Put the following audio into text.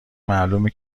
معلومه